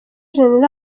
gen